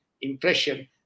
impression